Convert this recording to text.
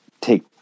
take